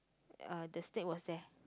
uh the snake was there